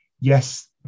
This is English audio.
yes